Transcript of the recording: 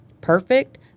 perfect